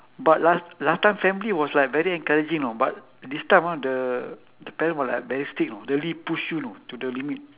but last last time family was like very encouraging know but this time ah the the parent will like very strict know really push you know to the limit